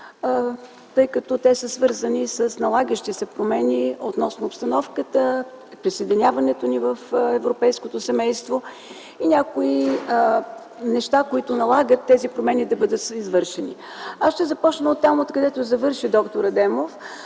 тъй като са свързани с налагащи се промени относно обстановката – присъединяването ни в европейското семейство и някои неща, които налагат тези промени да бъдат извършени. Ще започна оттам, откъдето завърши д-р Адемов